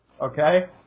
Okay